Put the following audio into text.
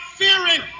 fearing